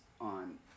on